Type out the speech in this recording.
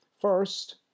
First